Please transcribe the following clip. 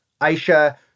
Aisha